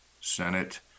Senate